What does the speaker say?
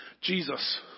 Jesus